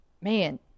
Man